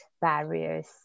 barriers